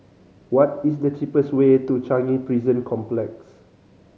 what is the cheapest way to Changi Prison Complex